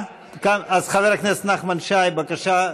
סליחה, חבר הכנסת נחמן שי, בבקשה.